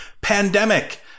Pandemic